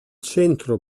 centro